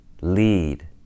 lead